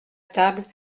table